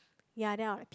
ya then I'll